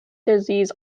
disease